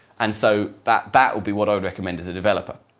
and so that that would be what i would recommend as a developer.